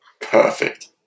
Perfect